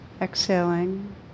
exhaling